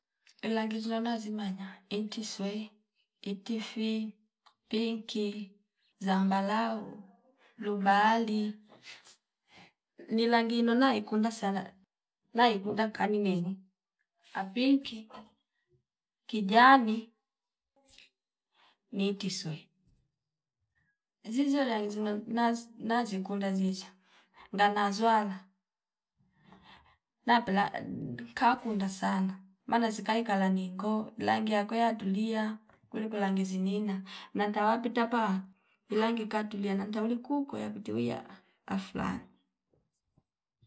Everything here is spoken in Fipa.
Ilangi zinona zimanya intiswei, itifi, pinki, zambalau, blu bahali ni langi inona naikunda sana naikunda nkani nyeli apinki, kijani nitiswei zizo langi zinona zi nazikunda nisha ndana zwala napela nkakunda sana maana zikala nyengo langi yako yatulia kuliko langi zinyina nantawapita paa ilangi katulia na ntauli kukwe yakuti wiya aflali